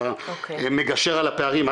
מגשר על הפערים,